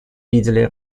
видели